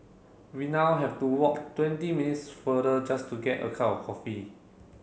we now have to walk twenty minutes farther just to get a cup of coffee